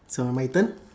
so my turn